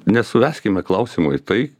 nesuveskime klausimo į tai